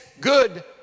good